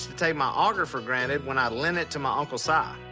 to take my auger for granted when i lent it to my uncle si.